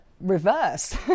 reverse